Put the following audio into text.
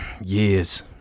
years